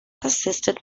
assisted